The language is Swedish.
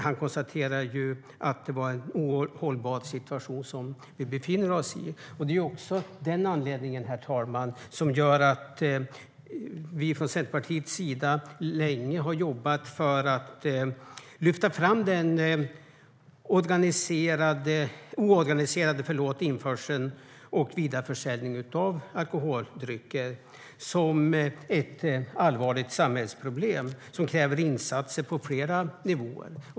Han konstaterade att det är en ohållbar situation som vi befinner oss i. Det är av den anledningen, herr talman, som vi från Centerpartiets sida länge har jobbat för att lyfta fram den oorganiserade införseln och vidareförsäljningen av alkoholdrycker som ett allvarligt samhällsproblem som kräver insatser på flera nivåer.